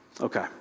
Okay